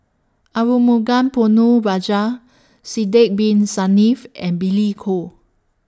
Arumugam Ponnu Rajah Sidek Bin Saniff and Billy Koh